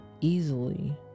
easily